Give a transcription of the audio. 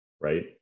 right